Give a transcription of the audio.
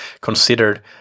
considered